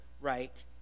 right